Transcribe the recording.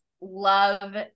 love